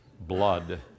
blood